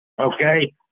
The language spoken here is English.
Okay